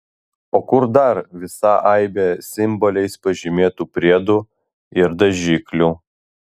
o kur dar visa aibė simboliais pažymėtų priedų ir dažiklių